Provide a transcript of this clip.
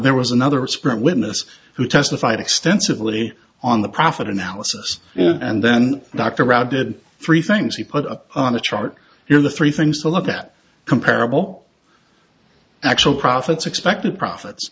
there was another expert witness who testified extensively on the profit analysis and then dr rao did three things he put on a chart here the three things to look at comparable actual profits expected profits